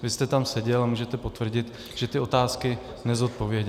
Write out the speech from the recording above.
Vy jste tam seděl a můžete potvrdit, že ty otázky nezodpověděl.